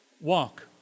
walk